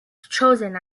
chosen